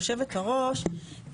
יושבת-הראש,